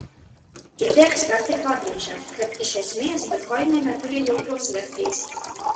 kiti ekspertai pabrėžia kad iš esmės bitkoinai neturi jokios vertės